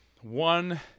One